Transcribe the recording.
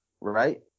right